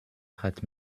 hat